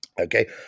okay